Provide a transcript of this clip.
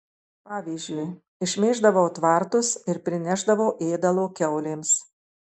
pavyzdžiui išmėždavau tvartus ir prinešdavau ėdalo kiaulėms